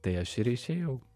tai aš ir išėjau